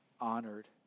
honored